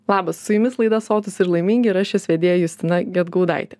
labas su jumis laida sotūs ir laimingi ir aš jos vedėja justina gedgaudaitė